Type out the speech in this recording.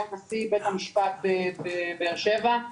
היום נשיא בית המשפט בבאר שבע,